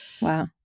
Wow